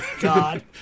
God